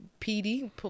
PD